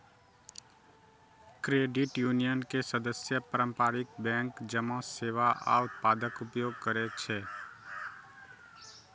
credit union के सदस्य पारंपरिक बैंक जकां सेवा आ उत्पादक उपयोग करै छै